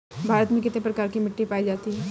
भारत में कितने प्रकार की मिट्टी पायी जाती है?